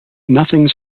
nothing